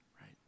right